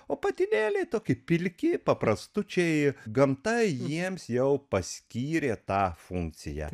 o patinėliai tokie pilki paprastučiai gamta jiems jau paskyrė tą funkciją